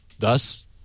Thus